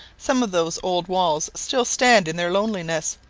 some of those old walls still stand in their loneliness,